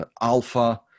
alpha